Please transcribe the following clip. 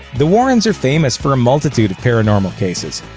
the warrens are famous for a multitude of paranormal cases,